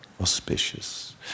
auspicious